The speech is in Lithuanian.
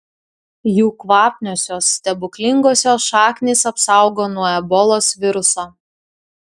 jų kvapniosios stebuklingosios šaknys apsaugo nuo ebolos viruso